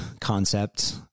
concept